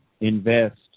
invest